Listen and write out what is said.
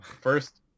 first